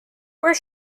where